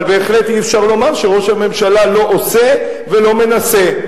אבל בהחלט אי-אפשר לומר שראש הממשלה לא עושה ולא מנסה.